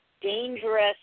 dangerous